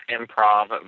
improv